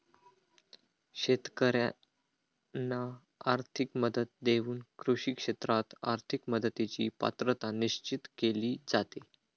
शेतकाऱ्यांना आर्थिक मदत देऊन कृषी क्षेत्रात आर्थिक मदतीची पात्रता निश्चित केली जाते